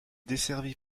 desservie